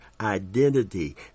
identity